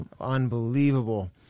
Unbelievable